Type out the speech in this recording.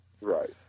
right